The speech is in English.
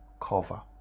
cover